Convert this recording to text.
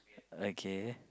okay